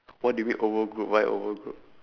what do you mean O O group why O O group